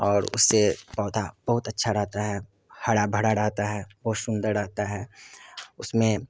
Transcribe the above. और उससे पौधा बहुत अच्छा रहता है हरा भरा रहता है और सुंदर रहता है उसमें